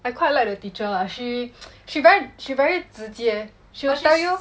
I quite like the teacher lah she she very she very 直接 she will tell you